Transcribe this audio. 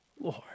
Lord